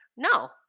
No